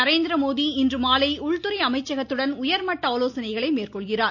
நரேந்திரமோடி இன்றுமாலை உள்துறை அமைச்சகத்துடன் உயர்மட்ட ஆலோசனைகளை மேற்கொள்கிறார்